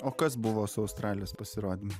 o kas buvo su australijos pasirodymu